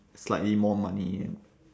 slightly more money and